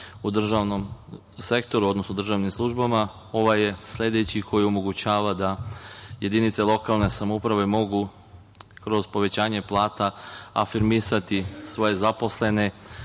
u državnom sektoru, odnosno u državnim službama, ovaj je sledeći koji omogućava da jedinice lokalne samouprave mogu kroz povećanje plata afirmisati svoje zaposlene